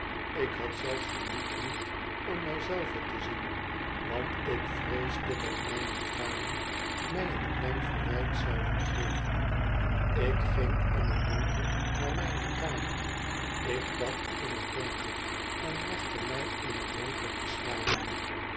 ik had zelfs den moed niet om mij zelve te zien want ik vreesde dat mijne tranen mij een klein verwijt zouden geven ik ging in het donker naar mijne kamer ik bad in het donker en legde mij in het donker te slapen